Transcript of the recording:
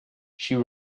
she